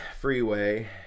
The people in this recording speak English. freeway